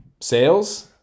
Sales